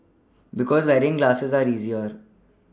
because wearing glasses are easier